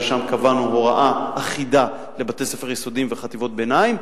ששם קבענו הוראה אחידה לבתי-ספר יסודיים וחטיבות ביניים.